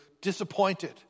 disappointed